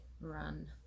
run